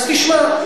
אז תשמע.